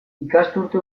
ikasturte